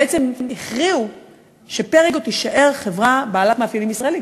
בעצם הכריעו ש"פריגו" תישאר חברה בעלת מאפיינים ישראליים.